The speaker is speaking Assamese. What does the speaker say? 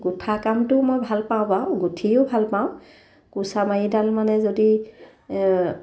গোঁঠা কামটোও মই ভালপাওঁ বাৰু গোঁঠিও ভালপাওঁ কুৰ্চা মাৰিডাল মানে যদি